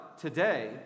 today